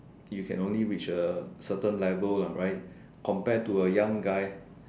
you can only reach a certain level lah right compared to a young guy